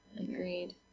Agreed